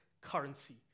currency